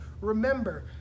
Remember